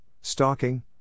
stalking